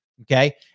Okay